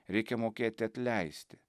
reikia mokėti atleisti